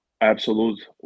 absolute